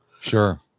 Sure